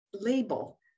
label